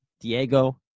Diego